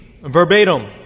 Verbatim